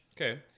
okay